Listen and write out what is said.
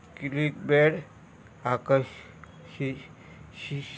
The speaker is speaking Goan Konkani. क्लिक बेड आकर्श शीश शीश